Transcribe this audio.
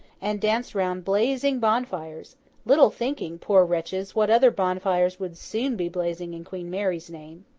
and danced round blazing bonfires little thinking, poor wretches, what other bonfires would soon be blazing in queen mary's name.